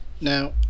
Now